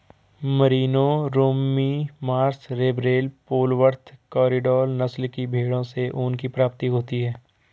Merino, Romney Marsh, रेम्बेल, Polwarth, Corriedale नस्ल की भेंड़ों से ऊन की प्राप्ति होती है